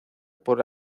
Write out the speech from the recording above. por